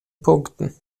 punkten